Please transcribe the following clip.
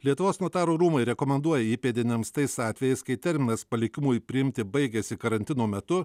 lietuvos notarų rūmai rekomenduoja įpėdiniams tais atvejais kai terminas palikimui priimti baigiasi karantino metu